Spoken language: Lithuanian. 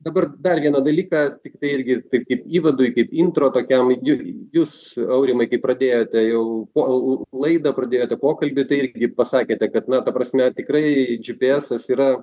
dabar dar vieną dalyką tiktai irgi taip kaip įvadui kaip intro tokiam ju jūs aurimai kai pradėjote jau po laidą pradėjote pokalbį tai irgi pasakėte kad na ta prasme tikrai džy py esas yra